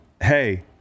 Hey